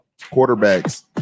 quarterbacks –